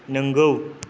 नोंगौ